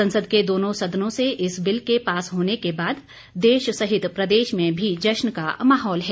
संसद के दोनों संदनों से इस बिल के पास होने के बाद देश सहित प्रदेश में भी जश्न का माहौल है